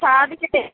സാധിക്കത്തെ